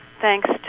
thanks